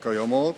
קיימות,